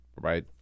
right